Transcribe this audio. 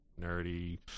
nerdy